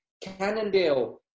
Cannondale